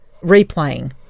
replaying